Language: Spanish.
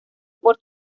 por